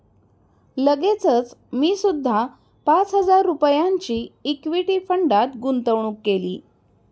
लगेचच मी सुद्धा पाच हजार रुपयांची इक्विटी फंडात गुंतवणूक केली